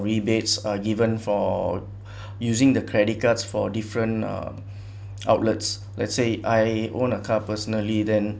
rebates are given for using the credit cards for different um outlets let's say I own a car personally then